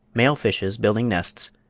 male fishes building nests,